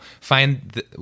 find